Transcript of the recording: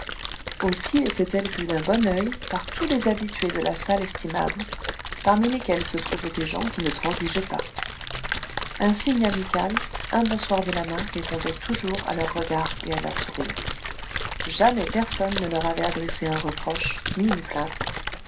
aussi étaient-elles vues d'un bon œil par tous les habitués de la salle estimable parmi lesquels se trouvaient des gens qui ne transigeaient pas un signe amical un bonsoir de la main répondaient toujours à leur regard et à leur sourire jamais personne ne leur avait adressé un reproche ni une plainte